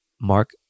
mark